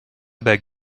beg